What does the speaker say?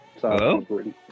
Hello